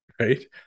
Right